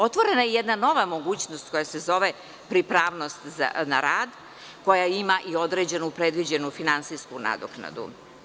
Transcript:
Otvorena je jedna nova mogućnost koja se zove - pripravnost na rad koja ima i određenu predviđenu finansijsku nadoknadu.